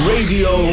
Radio